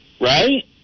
right